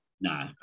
No